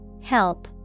Help